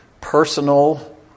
personal